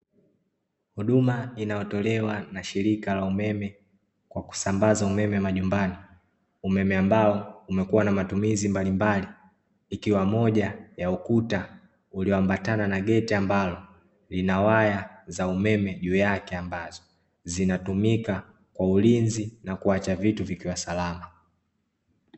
Huduma inayotolewa na shirika la umeme kwa kusambaza umeme majumbani. Umeme ambao umekuwa na matumizi mbalimbali. Ikiwa moja ya ukuta ulioambatana na geti, ambalo lina waya za umeme juu yake, ambazo zinatumika kwa ulinzi na kuacha vitu vikiwa salama.